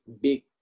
big